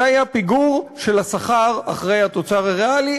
זה היה פיגור של השכר אחרי התוצר הריאלי,